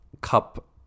cup